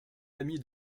ami